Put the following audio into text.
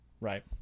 right